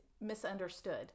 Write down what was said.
misunderstood